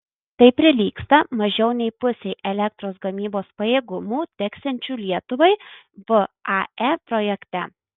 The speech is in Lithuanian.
tai prilygsta mažiau nei pusei elektros gamybos pajėgumų teksiančių lietuvai vae projekte